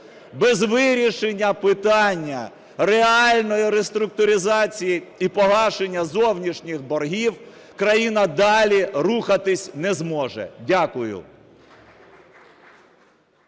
Без вирішення питання реальної реструктуризації і погашення зовнішніх боргів країна далі рухатись не зможе. Дякую.